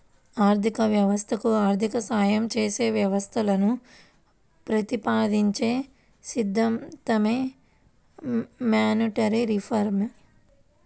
ఆర్థిక వ్యవస్థకు ఆర్థిక సాయం చేసే వ్యవస్థలను ప్రతిపాదించే సిద్ధాంతమే మానిటరీ రిఫార్మ్